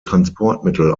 transportmittel